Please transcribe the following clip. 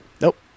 Nope